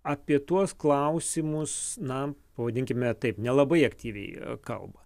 apie tuos klausimus na pavadinkime taip nelabai aktyviai kalba